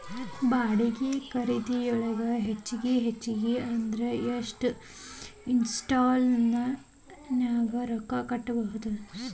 ಬಾಡ್ಗಿ ಖರಿದಿಯೊಳಗ ಹೆಚ್ಗಿ ಹೆಚ್ಗಿ ಅಂದ್ರ ಯೆಷ್ಟ್ ಇನ್ಸ್ಟಾಲ್ಮೆನ್ಟ್ ನ್ಯಾಗ್ ರೊಕ್ಕಾ ಕಟ್ಬೊದು?